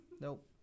Nope